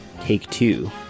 Take-Two